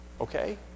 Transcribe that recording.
Okay